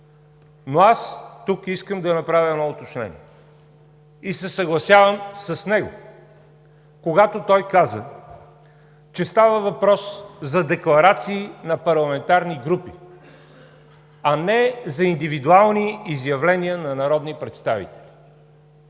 но аз тук искам да направя едно уточнение и се съгласявам с него, когато той каза, че става въпрос за декларации на парламентарни групи, а не за индивидуални изявления на народни представители.